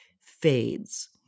fades